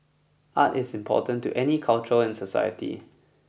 art is important to any culture and society